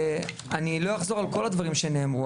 ואני לא אחזור על כל הדברים שנאמרו.